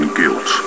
guilt